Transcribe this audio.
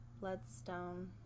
Bloodstone